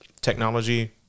technology